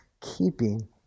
keeping